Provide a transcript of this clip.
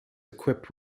equipped